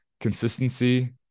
consistency